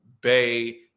Bay